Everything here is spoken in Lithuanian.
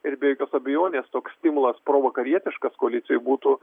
ir be jokios abejonės toks stimulas provakarietiškas koalicijoj būtų